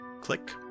Click